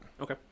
Okay